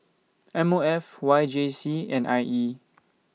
M O F Y J C and I E